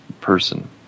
Person